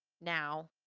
now